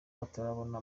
batarabona